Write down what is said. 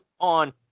on